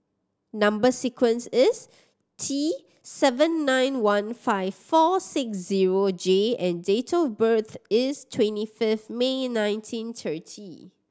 number sequence is T seven nine one five four six zero J and date of birth is twenty fifth May nineteen thirty